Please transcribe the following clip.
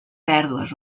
pèrdues